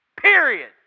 Period